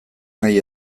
nahi